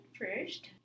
first